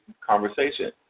conversation